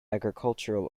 agricultural